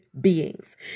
beings